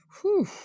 Whew